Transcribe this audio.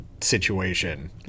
situation